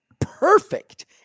perfect